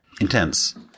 intense